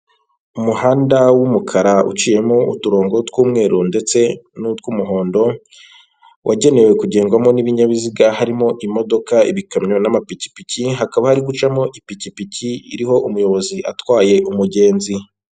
Umuhanda w'umukara uciyemo uturongo tw'umweru ndetse n'utw'umuhondo, wagenewe kugendwamo n'ibinyabiziga harimo imodoka, ibikamyo n'amapikipiki, hakaba hari gucamo ipikipiki iriho umuyobozi atwaye umugenzi.